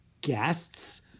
Guests